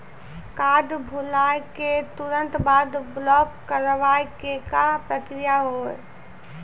Card भुलाए के तुरंत बाद ब्लॉक करवाए के का प्रक्रिया हुई?